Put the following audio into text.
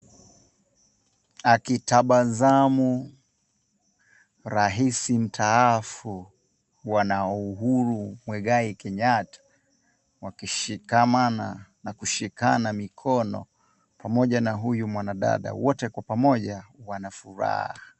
Akitabasamu rais mstaafu bwana Uhuru Muigai Kenyatta wakishikamana na kushikana mikono pamoja na huyu mwanadada, wote kwa pamoja wana furaha.